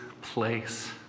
place